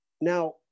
Now